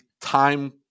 time